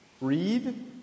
Read